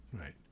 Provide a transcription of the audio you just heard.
Right